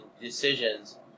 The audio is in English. decisions